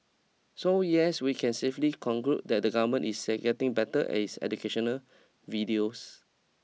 so yes we can safely conclude that the government is getting better at its educational videos